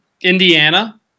Indiana